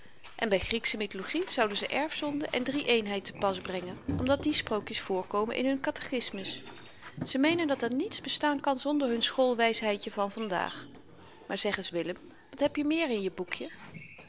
en by grieksche mythologie zouden ze erfzonde en drieëenheid te pas brengen omdat die sprookjes voorkomen in hun kathechismus ze meenen dat er niets bestaan kan zonder hun schoolwysheidje van vandaag maar zeg eens willem wat heb je meer in je boekje